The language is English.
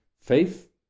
faith